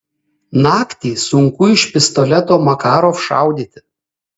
naktį sunku iš pistoleto makarov šaudyti